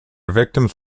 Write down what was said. victims